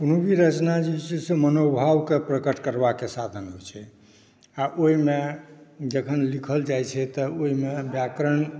कोनो भी रचना जे छै मनोभावक प्रकट करबाक साधन होइ छै आ ओहिमे जखन लिखल जाइ छै तऽ ओहिमे व्याकरण